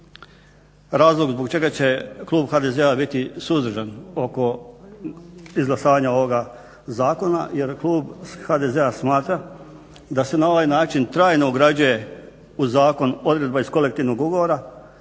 razlog zbog čega će klub HDZ-a biti suzdržan oko izglasavanja ovoga zakona jer klub HDZ-a smatra da se na ovaj način trajno ugrađuje u zakon odredba iz kolektivnog ugovora